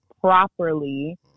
properly